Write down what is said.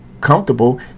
comfortable